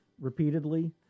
repeatedly